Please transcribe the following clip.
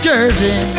Jersey